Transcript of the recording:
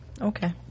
Okay